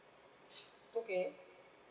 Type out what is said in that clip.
okay